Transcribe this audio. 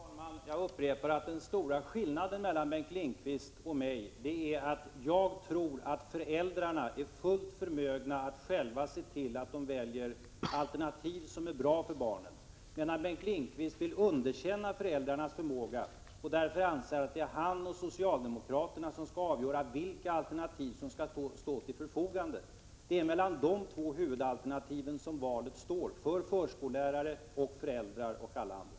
Herr talman! Jag upprepar att den stora skillnaden mellan Bengt Lindqvist och mig är att jag tror att föräldrarna är fullt förmögna att se till att själva välja det alternativ som är bra för barnen, medan Bengt Lindqvist vill underkänna föräldrarnas förmåga och därför anser att det är han och socialdemokraterna som skall avgöra vilka alternativ som skall stå till buds. Det är mellan dessa två huvudalternativ som valet står för förskollärare, föräldrar och alla andra.